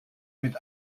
mit